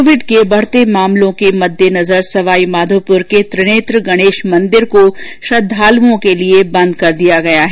Covid के बढ़ते मामलों के मद्देनजर सवाईमाधोपुर के त्रिनेत्र गणेश मंदिर को श्रद्दालुओं के लिये बंद कर दिया गया है